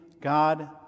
God